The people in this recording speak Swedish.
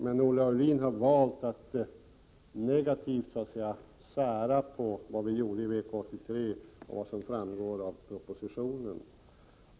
Men Olle Aulin har valt att negativt sära på vad vi gjorde i VK 83 och vad som föreslogs i propositionen.